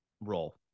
role